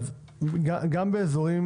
גם באזורים